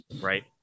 right